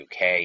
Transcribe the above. UK